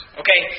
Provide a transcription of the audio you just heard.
okay